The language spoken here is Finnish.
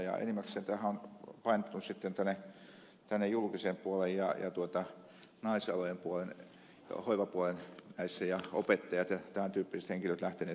enimmäkseenhän tämä on painottunut sitten tänne julkiseen puoleen ja naisalojen puoleen hoivapuoleen opettajat ja tämän tyyppiset henkilöt ovat lähteneet vuorotteluvapaalle